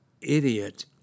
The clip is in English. idiot